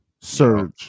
surge